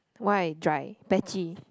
why dry patchy